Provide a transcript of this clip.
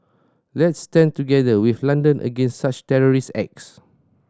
let's stand together with London against such terrorist acts